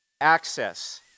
access